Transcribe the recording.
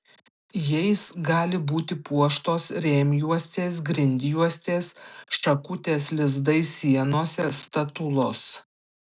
jais gali būti puoštos rėmjuostės grindjuostės šakutės lizdai sienose statulos